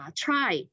try